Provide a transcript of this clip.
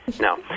No